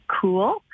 Cool